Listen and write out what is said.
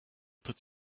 put